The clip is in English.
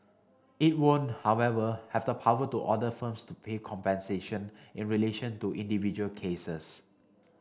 it won't however have the power to order firms to pay compensation in relation to individual cases